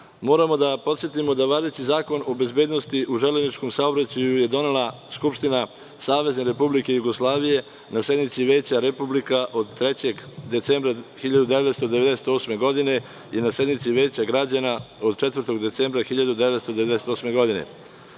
da podsetimo da važeći Zakon o bezbednosti u železničkom saobraćaju je donela Skupština SRJ na sednici Veća Republika od 3. decembra 1998. godine i na sednici Veća građana od 4. decembra 1998. godine.